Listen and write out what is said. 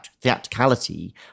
theatricality